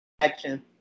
action